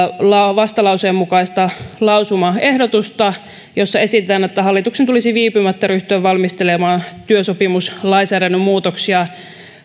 vastalauseen mukaista lausumaehdotusta jossa esitetään että hallituksen tulisi viipymättä ryhtyä valmistelemaan työsopimuslainsäädännön muutoksia